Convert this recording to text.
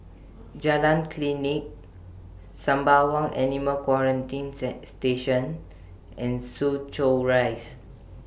Jalan Klinik Sembawang Animal Quarantine Station and Soo Chow Rise